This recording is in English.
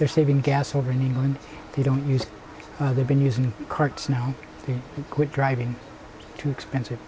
they're saving gas over in england they don't use other been using carts now quit driving to expensive